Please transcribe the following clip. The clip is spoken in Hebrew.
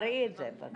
תראי את זה בבקשה.